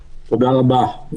תודה רבה.